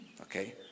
Okay